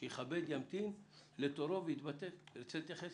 שימתין לתורו, ושיתייחס